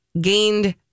gained